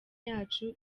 yacu